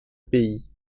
pays